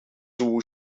two